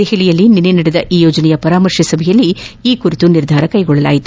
ದೆಹಲಿಯಲ್ಲಿ ನಿನ್ನೆ ನಡೆದ ಈ ಯೋಜನೆಯ ಪರಾಮರ್ಶೆ ಸಭೆಯಲ್ಲಿ ಈ ಬಗ್ಗೆ ನಿರ್ಧಾರ ಕೈಗೊಳ್ಳಲಾಗಿದೆ